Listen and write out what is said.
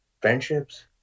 friendships